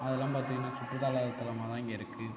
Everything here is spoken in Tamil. அதெல்லாம் பார்த்திங்கன்னா சுற்றுலாத்தலமாக தான் இங்கே இருக்குது